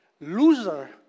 Loser